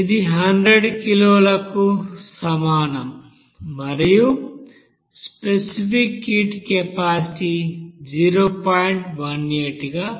ఇది 100 కిలోలకు సమానం మరియు స్పెసిఫిక్ హీట్ కెపాసిటీ 0